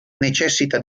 necessita